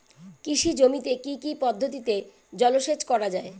কৃষি জমিতে কি কি পদ্ধতিতে জলসেচ করা য়ায়?